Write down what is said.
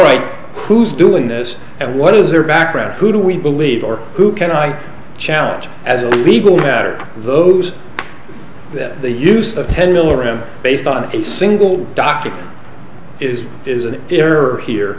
right who's doing this and what is their background who do we believe or who can i challenge as a legal matter those that the use of ten milligram based on a single document is is an error here